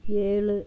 ஏழு